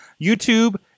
YouTube